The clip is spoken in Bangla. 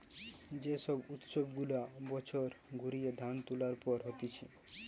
যে সব উৎসব গুলা বছর ঘুরিয়ে ধান তুলার পর হতিছে